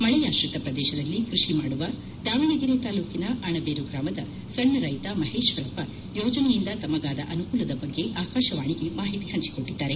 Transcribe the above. ಮಳೆಯಾಶ್ರಿತ ಪ್ರದೇಶದಲ್ಲಿ ಕ್ಕಡಿ ಮಾಡುವ ದಾವಣಗೆರೆ ತಾಲೂಕಿನ ಅಣಬೇರು ಗ್ರಾಮದ ಸಣ್ಣ ರೈತ ಮಹೇಶ್ವರಪ್ಪ ಯೋಜನೆಯಿಂದ ತಮಗಾದ ಅನುಕೂಲದ ಬಗ್ಗೆ ಆಕಾಶವಾಣಿಗೆ ಮಾಹಿತಿ ಹಂಚಿಕೊಂಡಿದ್ದಾರೆ